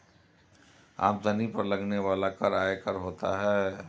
आमदनी पर लगने वाला कर आयकर होता है